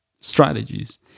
strategies